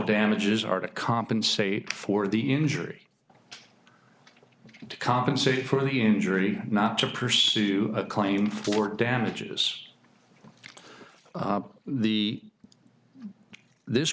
damages are to compensate for the injury to compensate for the injury not to pursue a claim for damages the this